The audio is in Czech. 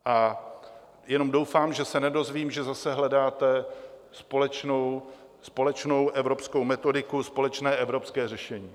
A jenom doufám, že se nedozvím, že zase hledáte společnou evropskou metodiku, společné evropské řešení.